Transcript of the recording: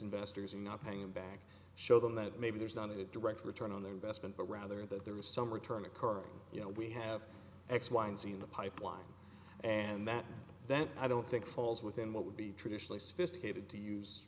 investors are not hanging back show them that maybe there's not a direct return on their investment but rather that there is some return occurring you know we have x y and z in the pipeline and that that i don't think falls within what would be traditionally sophisticated to use